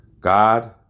God